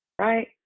right